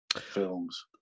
films